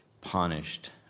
punished